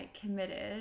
committed